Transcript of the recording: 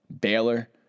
Baylor